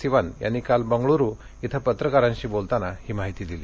सिवन यांनी काल बंगळूरू इथं पत्रकारांशी बोलताना ही माहिती दिली